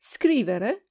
scrivere